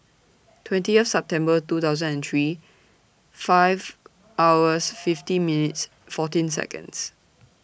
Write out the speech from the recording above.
twentieth September two thousand and three five hours fifty minutes fourteen Seconds